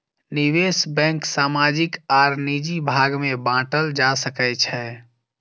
निवेश बैंक सामाजिक आर निजी भाग में बाटल जा सकै छै